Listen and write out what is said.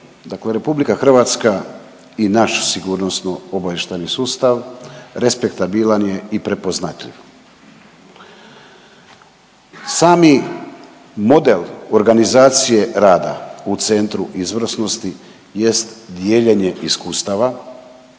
Dakle, RH i naš sigurnosno obavještajni sustav respektabilan je i prepoznatljiv. Sami model organizacije rada u centru izvrsnosti jest dijeljenje iskustava